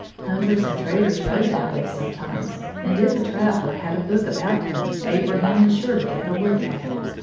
hunters and traders rode that way sometimes, and if a traveler had a book about him, abraham was sure to get a look at it.